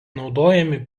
naudojami